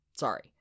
Sorry